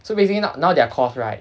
so basically now their course right